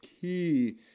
key